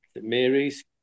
Mary's